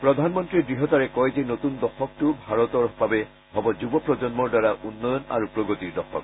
প্ৰধানমন্ৰীয়ে দঢ়তাৰে কৰে যে নতুন দশকটো ভাৰতৰ বাবে হ'ব যুৱ প্ৰজন্মৰ দ্বাৰা উন্নয়ন আৰু প্ৰগতিৰ দশক